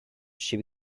she